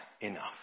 enough